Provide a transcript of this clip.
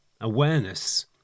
Awareness